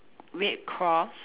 red cross